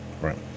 Right